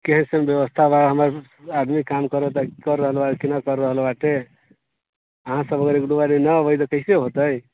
कइसन बेबस्था बा हमर आदमी काम करत कऽ रहलहऽ कि नहि कऽ रहलहऽ अहाँसब अगर एक दू बारी नहि एबै तऽ कइसे हेतै